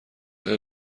آیا